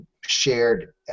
shared